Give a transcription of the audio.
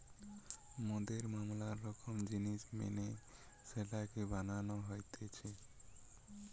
মদের ম্যালা রকম জিনিস মেনে সেটাকে বানানো হতিছে